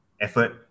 effort